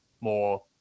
more